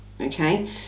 Okay